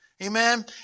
Amen